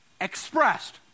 expressed